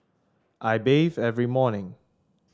I bathe every morning